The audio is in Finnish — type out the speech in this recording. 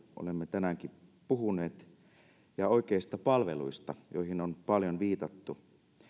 olemme tänäänkin puhuneet ja oikeista palveluista joihin on paljon viitattu